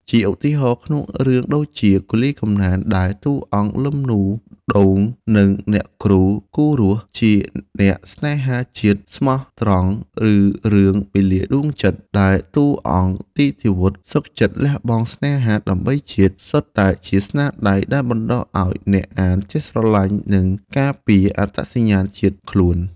ជាឧទាហរណ៍ ក្នុងរឿងដូចជា «គូលីកំណែន» ដែលតួអង្គ លឹម នូ ដូង និងអ្នកគ្រូ គូរស់ ជាអ្នកស្នេហាជាតិស្មោះត្រង់ ឬរឿង «មាលាដួងចិត្ត» ដែលតួអង្គទីឃាវុធសុខចិត្តលះបង់ស្នេហាដើម្បីជាតិ សុទ្ធតែជាស្នាដៃដែលបណ្តុះឱ្យអ្នកអានចេះស្រឡាញ់ និងការពារអត្តសញ្ញាណជាតិខ្លួន។